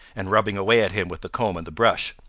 and rubbing away at him with the comb and the brush.